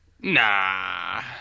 nah